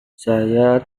saya